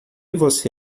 você